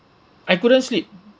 I couldn't sleep